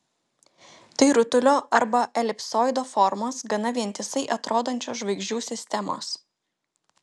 tai rutulio arba elipsoido formos gana vientisai atrodančios žvaigždžių sistemos